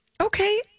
Okay